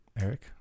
Eric